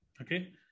Okay